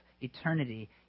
eternity